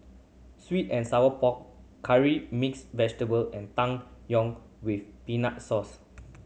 sweet and sour pork Curry Mixed Vegetable and Tang Yuen with peanut source